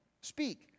speak